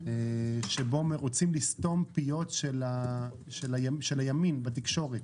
שבו רוצים לסתום פיות של הימין בתקשורת,